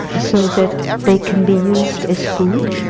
so that they can be used as food,